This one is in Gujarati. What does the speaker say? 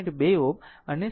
2 Ω અને 0